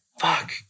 fuck